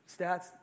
stats